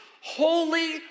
holy